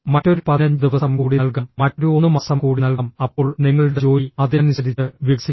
മറ്റൊരു 15 ദിവസം കൂടി നൽകാം മറ്റൊരു 1 മാസം കൂടി നൽകാം അപ്പോൾ നിങ്ങളുടെ ജോലി അതിനനുസരിച്ച് വികസിക്കും